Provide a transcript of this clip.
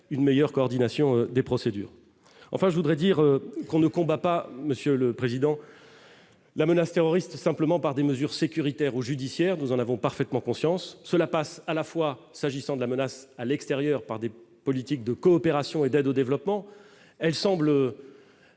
une meilleure coordination des procédures, enfin, je voudrais dire qu'on ne combat pas monsieur le président, la menace terroriste, simplement par des mesures sécuritaires au judiciaire, nous en avons parfaitement conscience, cela passe à la fois s'agissant de la menace à l'extérieur par des politiques de coopération et d'aide au développement, elle semble,